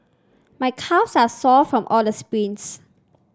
my calves are sore from all the sprints